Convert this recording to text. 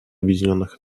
объединенных